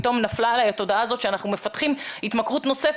פתאום נפלה עליי התודעה הזאת שאנחנו מפתחים התמכרות נוספת,